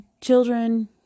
children